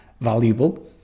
valuable